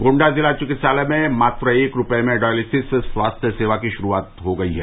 गोण्डा जिला चिकित्सालय में मात्र एक रूपये में डॉयलिसिस स्वास्थ्य सेवा की शुरूआत हो गयी है